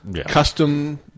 Custom